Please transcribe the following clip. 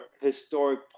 historic